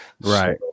right